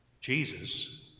Jesus